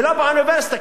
ולא באוניברסיטה,